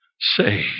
say